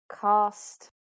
cast